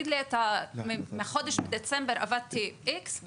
מחודש דצמבר עבדתי X,